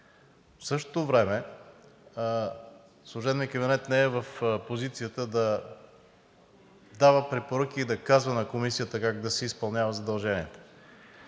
в същото време не е в позицията да дава препоръки и да казва на Комисията как да си изпълнява задълженията.